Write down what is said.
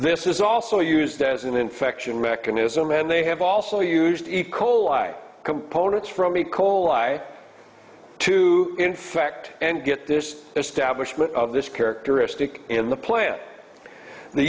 this is also used as an infection mechanism and they have also used kohl i components from e coli i to infect and get this establishment of this characteristic in the plant the